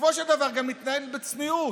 צריכים גם להתנהג בצניעות.